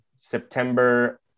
September